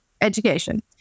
education